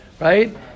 Right